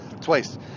Twice